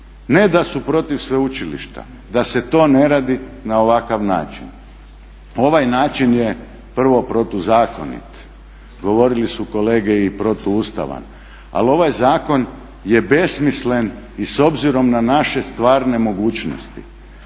Ne da su protiv sveučilišta, da se to ne radi na ovakav način, ovaj način je prvo protuzakonit, govorili su kolege i protuustavan, ali ovaj zakon je besmislen i s obzirom na naše stvarne mogućnosti.